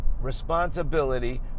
responsibility